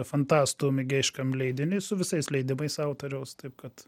fantastų mėgėjiškam leidiniui su visais leidimais autoriaus taip kad